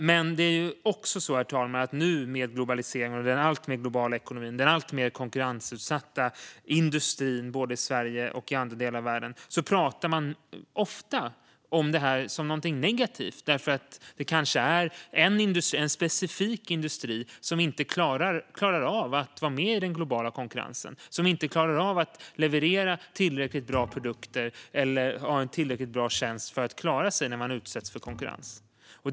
Men det är också så att man ofta pratar om globaliseringen - om den nu alltmer globala ekonomin och alltmer konkurrensutsatta industrin i både Sverige och andra delar av världen - som någonting negativt. Man kanske pratar om en specifik industri som inte klarar av att hävda sig i den globala konkurrensen. Den kanske inte klarar av att leverera tillräckligt bra produkter, eller också kanske den inte har en tillräckligt bra tjänst för att klara sig när den utsätts för konkurrens.